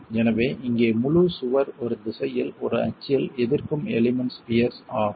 எனவே இங்கே முழு சுவர் ஒரு திசையில் ஒரு அச்சில் எதிர்க்கும் எலிமெண்ட்ஸ் பியர்ஸ் ஆகும்